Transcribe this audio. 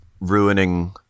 ruining